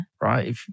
right